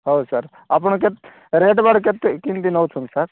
ହଉ ସାର୍ ଆପଣ ରେଟ୍ ବାଟ୍ କେମିତି ନେଉଛନ୍ତି ସାର୍